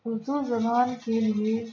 اردو زبان کے لیے